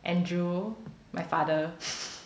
andrew my father